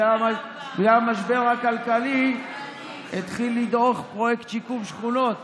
בגלל המשבר הכלכלי התחיל לדעוך פרויקט שיקום שכונות